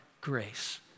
grace